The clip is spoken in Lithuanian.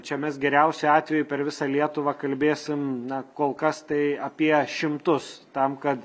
čia mes geriausiu atveju per visą lietuvą kalbėsim na kol kas tai apie šimtus tam kad